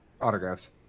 autographs